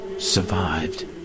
Survived